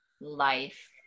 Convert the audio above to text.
life